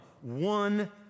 one